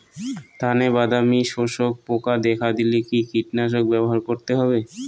ধানে বাদামি শোষক পোকা দেখা দিলে কি কীটনাশক ব্যবহার করতে হবে?